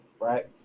right